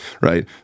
right